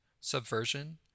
Subversion